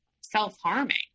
self-harming